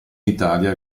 italia